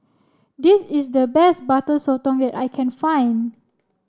this is the best Butter Sotong that I can find